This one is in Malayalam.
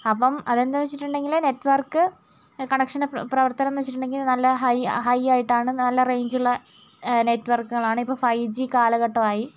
അപ്പം അതെന്താണെന്ന് വച്ചിട്ടുണ്ടെങ്കിൽ നെറ്റ്വർക്ക് കണക്ഷന്റെ പ്രവർത്തനമെന്നു വച്ചിട്ടുണ്ടെങ്കിൽ നല്ല ഹൈ ഹൈ ആയിട്ടാണ് നല്ല റേഞ്ചുള്ള നെറ്റ് വർക്കുകളാണിപ്പോൾ ഫൈവ് ജി കാലഘട്ടമായി